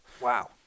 Wow